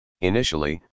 Initially